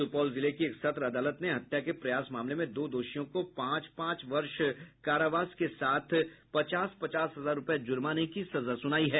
सुपौल जिले की एक सत्र अदालत ने हत्या के प्रयास मामले में दो दोषियों को पांच पांच वर्ष कारावास के साथ पचास पचास हजार रुपये जुर्माने की सजा सुनाई है